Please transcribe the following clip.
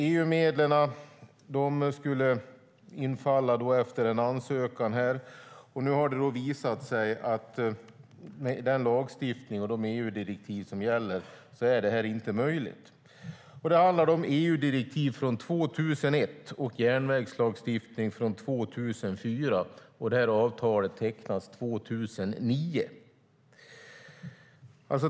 EU-medlen skulle komma efter ansökan. Nu har det visat sig att detta - med den lagstiftning och de EU-direktiv som gäller - inte är möjligt. Det handlar om EU-direktiv från 2001 och järnvägslagstiftning från 2004, och avtalet undertecknades 2009.